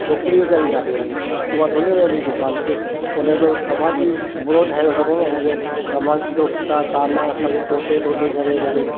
छोकिरी वेचारी किथे वञे उहा थोरी न वेंदी दुकानु ते उन त समाज जी बुरो ठाहे वठंदो उनखे समाज टोकता ताना सभ टोटे टोटे करे उनखे